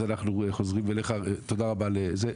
אנחנו חוזרים לרשות האוכלוסין.